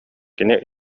кини